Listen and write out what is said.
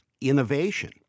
innovation